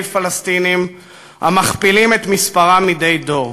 פלסטינים המכפילים את מספרם מדי דור.